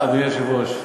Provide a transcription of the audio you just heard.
אדוני היושב-ראש,